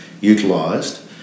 utilised